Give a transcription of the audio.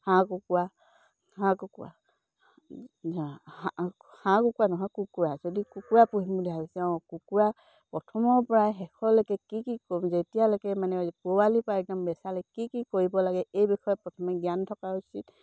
হাঁহ কুকুৰা হাঁহ কুকুৰা হাঁহ কুকুৰা নহয় কুকুৰা যদি কুকুৰা পুহিম বুলি ভাবিছে অঁ কুকুৰা প্ৰথমৰ পৰাই শেষলৈকে কি কি যেতিয়ালৈকে মানে পোৱালিৰ পৰা একদম বেচালেকে কি কি কৰিব লাগে এই বিষয়ে প্ৰথমে জ্ঞান থকা উচিত